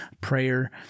prayer